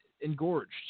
engorged